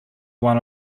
one